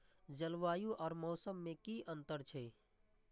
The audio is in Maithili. जलवायु और मौसम में कि अंतर छै?